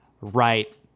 right